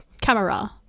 camera